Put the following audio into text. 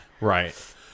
right